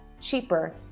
cheaper